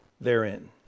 therein